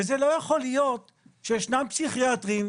וזה לא יכול להיות שישנם פסיכיאטרים,